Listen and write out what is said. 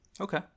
Okay